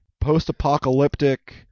post-apocalyptic